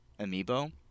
amiibo